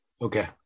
Okay